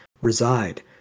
reside